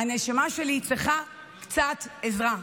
הנשמה שלי צריכה קצת עזרה.